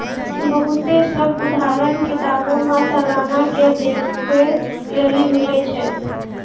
बहुते सभ उदाहरण किताबो मे सलाना के देखै लेली मिलै छै